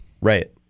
Right